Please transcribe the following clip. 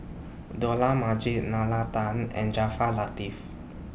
Dollah Majid Nalla Tan and Jaafar Latiff